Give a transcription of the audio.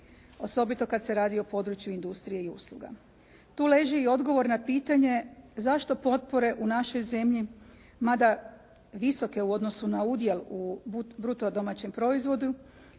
osobito kada se radi o području industrije i usluga. Tu leži i odgovor na pitanje, zašto potpore u našoj zemlji, mada visoke u odnosu na udjel u bruto domaćem proizvodu,